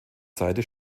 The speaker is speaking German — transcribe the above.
seite